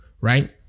right